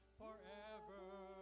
forever